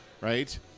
right